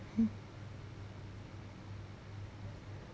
mm